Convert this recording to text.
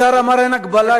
השר אמר: אין הגבלה,